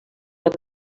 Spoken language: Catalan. bona